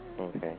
Okay